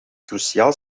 cruciaal